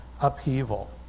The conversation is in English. upheaval